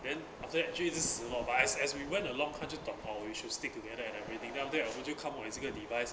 then after that 就会致死 lor but as as we went along 他就懂 hor we should stick together and everything then 我不久 come with 这个 device